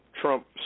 Trump